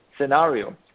scenario